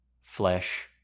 Flesh